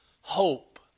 hope